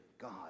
God